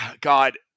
God